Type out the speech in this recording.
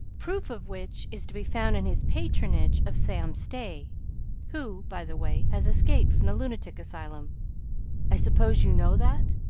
proof of which is to be found in his patronage of sam stay who, by the way, has escaped from the lunatic asylum i suppose you know that?